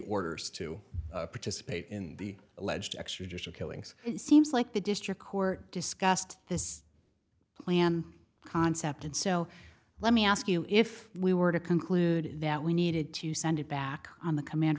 orders to participate in the alleged extrajudicial killings it seems like the district court discussed this plan concept and so let me ask you if we were to conclude that we needed to send it back on the command